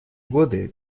годы